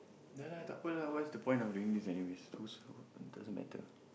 dah lah tak apa lah what's the point of doing this anyways too slow it doesn't matter